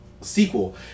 sequel